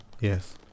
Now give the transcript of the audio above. Yes